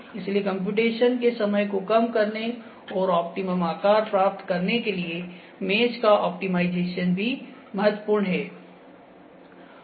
इसलिए कम्प्यूटेशन के समय को कम करने और ऑप्टिमम आकार प्राप्त करने के लिए मेश का ऑप्टिमाइजेशन भी महत्वपूर्ण है